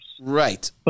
Right